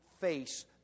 face